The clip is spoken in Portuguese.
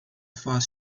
faz